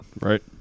right